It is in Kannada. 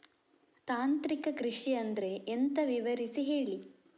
ತಾಂತ್ರಿಕ ಕೃಷಿ ಅಂದ್ರೆ ಎಂತ ವಿವರಿಸಿ ಹೇಳಿ